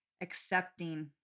accepting